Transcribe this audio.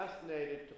fascinated